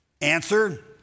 Answer